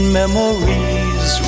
memories